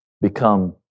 become